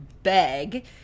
beg